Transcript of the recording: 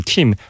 Kim